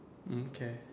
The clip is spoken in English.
mm k